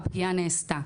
הפגיעה נעשתה.